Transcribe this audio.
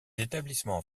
établissements